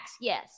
yes